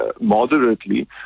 moderately